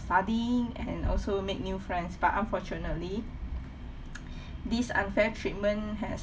studying and also make new friends but unfortunately this unfair treatment has